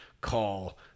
call